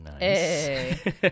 Nice